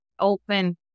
open